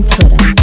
Twitter